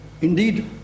Indeed